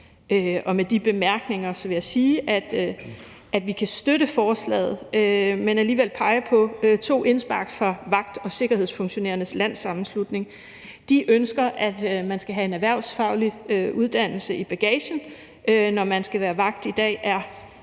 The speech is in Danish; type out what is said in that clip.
Med de bemærkninger vil jeg sige, at vi kan støtte forslaget, men alligevel pege på to indspark fra Vagt- og Sikkerhedsfunktionærernes Landssammenslutning. De ønsker, at man skal have en erhvervsfaglig uddannelse i bagagen, når man skal være vagt. I dag er